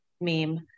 meme